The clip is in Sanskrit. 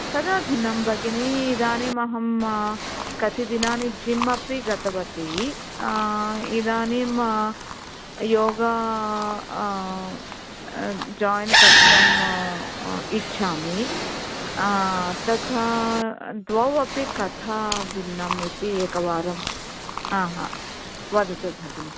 कदा भिन्नं भगिनि इदानीमहं कति दिनानि जिं अपि गतवती इदानीं योग जोयिन् कर्तुं इच्छामि तथा द्वौ अपि कथं भिन्नम् इति एकवारं हा हा वदतु भगिनि